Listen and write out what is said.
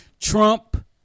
Trump